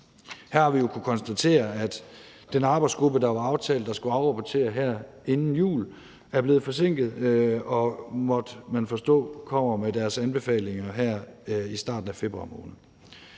Her har vi jo kunnet konstatere, at den arbejdsgruppe, det var aftalt skulle afrapportere her inden jul, er blevet forsinket, og, måtte man forstå, kommer med sine anbefalinger her i starten af februar måned.